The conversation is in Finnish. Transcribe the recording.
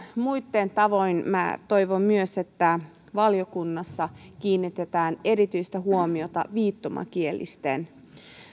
muitten tavoin myös minä toivon että valiokunnassa kiinnitetään erityistä huomiota viittomakielisten